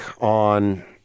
on